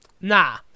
Nah